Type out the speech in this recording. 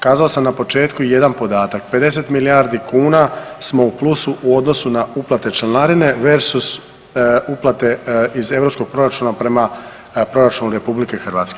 Kazao sam na početku jedan podatak 50 milijardi kuna smo u plusu u odnosu na uplate članarine versus uplate iz europskog proračuna prema proračunu RH.